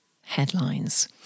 headlines